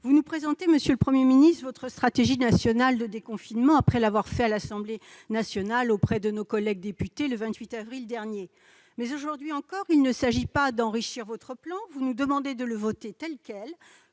vous nous présentez, monsieur le Premier ministre, votre stratégie nationale de déconfinement, après l'avoir fait à l'Assemblée nationale devant nos collègues députés le 28 avril dernier. Mais, aujourd'hui encore, il ne s'agit pas d'enrichir votre plan : vous nous demandez de le voter tel quel,